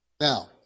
Now